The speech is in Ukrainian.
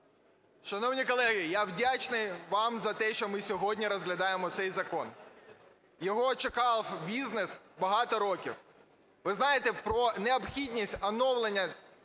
Шановні колеги, я вдячний вам за те, що ми сьогодні розглядаємо цей закон, його чекав бізнес багато років. Ви знаєте, про необхідність оновлення законодавства